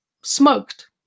smoked